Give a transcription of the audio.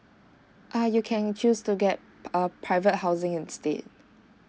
uh you can choose to get a private housing instead